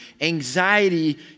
Anxiety